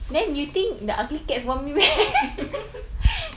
then you think the ugly cats want me meh